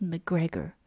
McGregor